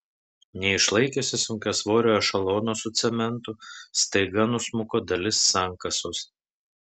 neišlaikiusi sunkiasvorio ešelono su cementu staiga nusmuko dalis sankasos